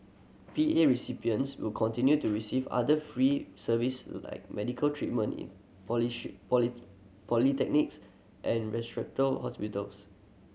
P A recipients will continue to receive other free service like medical treatment in and hospitals